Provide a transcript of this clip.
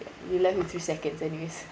you're left with few seconds anyways